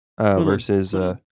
versus